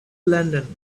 london